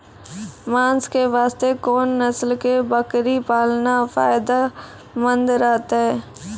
मांस के वास्ते कोंन नस्ल के बकरी पालना फायदे मंद रहतै?